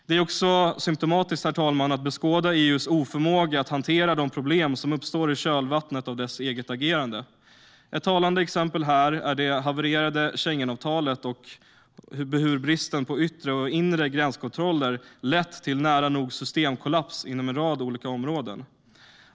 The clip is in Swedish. Det är också symtomatiskt, herr talman, att beskåda EU:s oförmåga att hantera de problem som uppstår i kölvattnet av det egna agerandet. Ett talande exempel här är det havererade Schengenavtalet och hur bristen på yttre och inre gränskontroller lett till nära nog systemkollaps inom en rad olika områden.